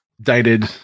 dated